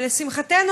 לשמחתנו,